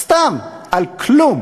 זה סתם, על כלום,